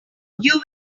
will